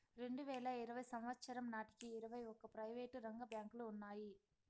రెండువేల ఇరవై సంవచ్చరం నాటికి ఇరవై ఒక్క ప్రైవేటు రంగ బ్యాంకులు ఉన్నాయి